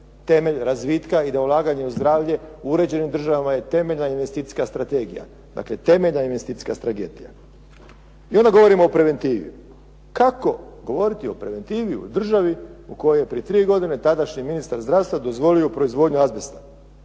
temelj razvitka i da ulaganje u zdravlje u uređenim državama je temeljna investicijska strategija. I onda govorimo o preventivi. Kako govoriti o preventivi u državi u kojoj je prije tri godine tadašnji ministar zdravstva dozvolio proizvodnju azbesta?